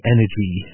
Energy